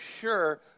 sure